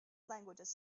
languages